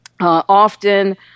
Often